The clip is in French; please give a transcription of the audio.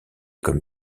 comme